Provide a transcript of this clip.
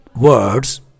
words